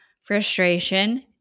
frustration